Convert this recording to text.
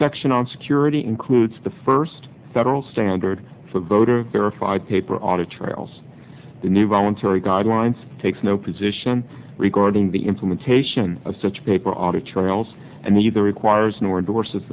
section on security includes the first federal standard for voter verified paper audit trails the new voluntary guidelines takes no position regarding the implementation of such paper audit trails and neither requires nor